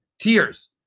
tears